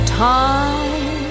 time